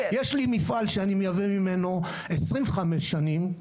יש לי מפעל שאני מייבא ממנו 25 שנים,